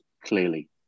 clearly